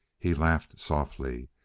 he laughed softly.